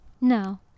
No